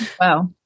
Wow